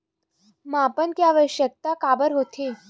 मापन के आवश्कता काबर होथे?